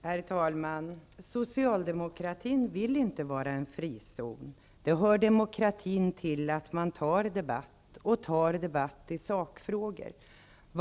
Herr talman! Socialdemokratin vill inte vara en frizon. Det hör demokratin till att man tar debatt, även i sakfrågor.